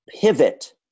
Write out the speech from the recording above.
pivot